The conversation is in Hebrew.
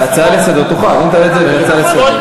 זה בדיוק מה שרציתי להציע.